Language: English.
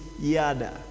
yada